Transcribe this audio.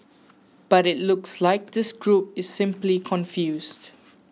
but it looks like this group is simply confused